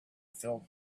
filled